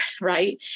right